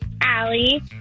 Allie